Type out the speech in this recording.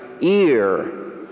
ear